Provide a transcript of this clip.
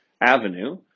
Avenue